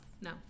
No